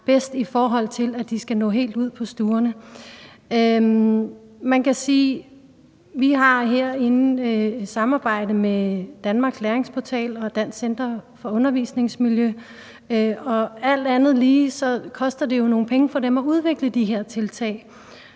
i forhold til at de skal nå helt ud på stuerne. Man kan sige, at vi herinde har et samarbejde med Danmarks Læringsportal og Dansk Center for Undervisningsmiljø, og alt andet lige koster det jo nogle penge for dem at udvikle de her tiltag,